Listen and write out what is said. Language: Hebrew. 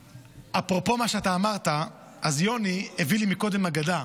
אפרופו מה שאמרת, אז יוני הביא לי קודם הגדה.